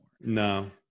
no